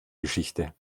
geschichte